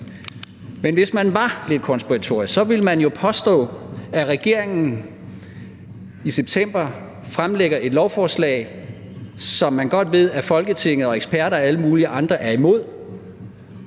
– og det er jeg ikke – så ville man jo påstå, at regeringen i september fremlagde et lovforslag, som man godt vidste, at Folketinget og eksperter og alle mulige andre var imod,